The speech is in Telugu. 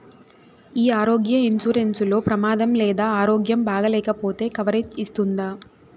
ఈ ఆరోగ్య ఇన్సూరెన్సు లో ప్రమాదం లేదా ఆరోగ్యం బాగాలేకపొతే కవరేజ్ ఇస్తుందా?